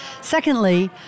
Secondly